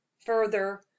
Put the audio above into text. further